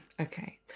Okay